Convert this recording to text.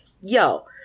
yo –